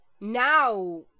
Now